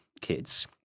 kids